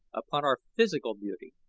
upon our physical beauty,